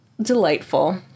delightful